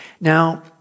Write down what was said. Now